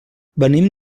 venim